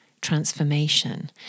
transformation